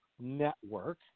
Network